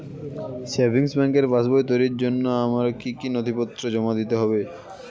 Savings ব্যাংকের পাসবই তৈরির জন্য আমার কি কি নথিপত্র জমা দিতে হবে?